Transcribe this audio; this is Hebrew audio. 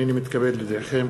הנני מתכבד להודיעכם,